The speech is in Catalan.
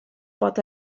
pot